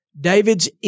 David's